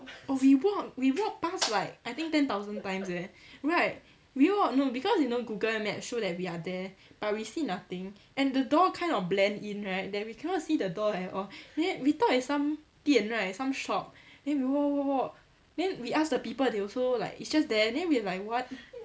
oh we walk we walk past like I think ten thousand times eh right we walk no because you know google maps show that we are there but we see nothing and the door kind of blend in right that we cannot see the door at all then we thought it's some 店 right some shop then we walk walk walk then we ask the people they also like it's just there then we like what